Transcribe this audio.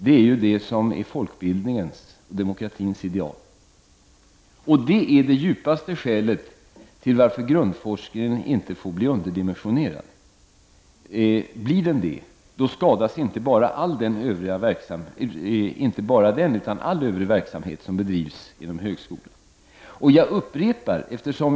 Det är det som är folkbildningens och demokratins ideal. Det är det djupaste skälet till att grundforskningen inte får bli underdimensionerad. Blir den det skadas inte bara den, utan all övrig verksamhet som bedrivs inom högskolan.